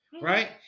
right